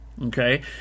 Okay